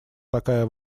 такая